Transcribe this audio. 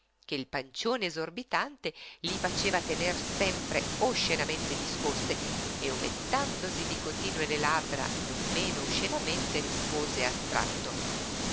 che il pancione esorbitante gli faceva tener sempre oscenamente discoste e umettandosi di continuo le labbra non meno oscenamente rispose astratto